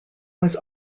was